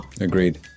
Agreed